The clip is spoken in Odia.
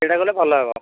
ସେଇଟା କଲେ ଭଲ ହେବ